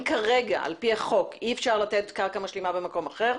אם כרגע על פי החוק אי אפשר לתת קרקע משלימה במקום אחר,